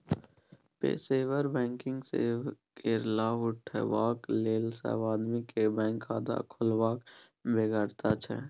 पेशेवर बैंकिंग सेवा केर लाभ उठेबाक लेल सब आदमी केँ बैंक खाता खोलबाक बेगरता छै